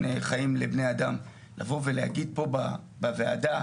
חיים לבני אדם לבוא ולהגיד פה בוועדה,